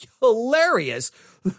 hilarious